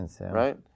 right